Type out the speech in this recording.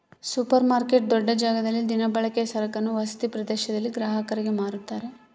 super market ದೊಡ್ಡ ಜಾಗದಲ್ಲಿ ದಿನಬಳಕೆಯ ಸರಕನ್ನು ವಸತಿ ಪ್ರದೇಶದಲ್ಲಿ ಗ್ರಾಹಕರಿಗೆ ಮಾರುತ್ತಾರೆ